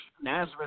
Nazareth